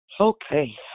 Okay